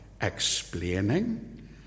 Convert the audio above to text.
explaining